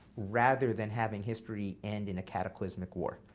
rather than having history end in a cataclysmic war.